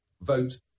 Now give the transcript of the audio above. vote